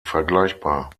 vergleichbar